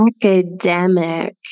academic